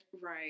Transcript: right